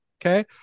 okay